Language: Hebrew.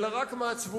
אלא רק מהצבועים,